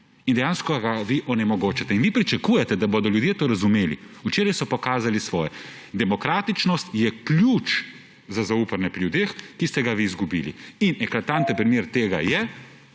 in dejansko ga vi onemogočate. In vi pričakujete, da bodo ljudje to razumeli. Včeraj so pokazali svoje. Demokratičnost je ključ za zaupanje pri ljudeh, ki ste ga vi izgubili. Eklatanten primer tega je